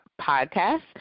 podcast